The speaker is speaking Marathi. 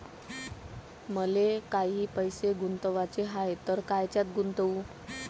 मले काही पैसे गुंतवाचे हाय तर कायच्यात गुंतवू?